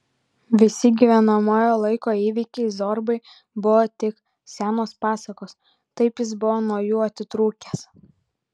visi gyvenamojo laiko įvykiai zorbai buvo tik senos pasakos taip jis buvo nuo jų atitrūkęs